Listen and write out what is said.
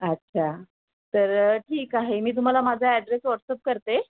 अच्छा तर ठीक आहे मी तुम्हाला माझा ॲड्रेस वॉट्सअप करते